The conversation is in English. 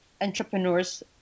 entrepreneurs